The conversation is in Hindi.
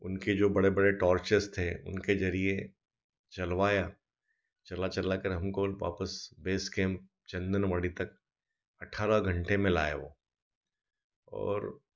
उनके जो बड़े बड़े टॉर्चेज़ थे उनके ज़रिये चलवाए चलवा चलवाकर हमको वापस बेस कैम्प चन्दनवाड़ी तक अठारह घन्टे में लाए वह और